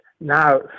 now